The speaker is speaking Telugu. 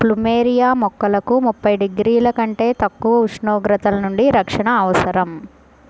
ప్లూమెరియా మొక్కలకు ముప్పై మూడు డిగ్రీల కంటే తక్కువ ఉష్ణోగ్రతల నుండి రక్షణ అవసరం